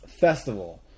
festival